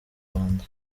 rwanda